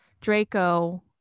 Draco